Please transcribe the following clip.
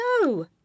No